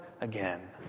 again